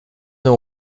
dont